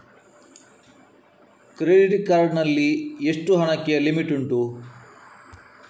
Credit card ನಲ್ಲಿ ಎಷ್ಟು ಹಣಕ್ಕೆ ಲಿಮಿಟ್ ಉಂಟು?